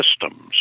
systems